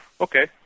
okay